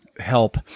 help